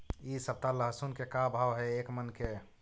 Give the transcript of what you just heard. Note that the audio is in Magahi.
इ सप्ताह लहसुन के का भाव है एक मन के?